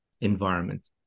environment